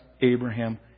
Abraham